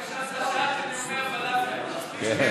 עיסאווי.